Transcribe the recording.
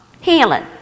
Healing